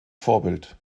vorbild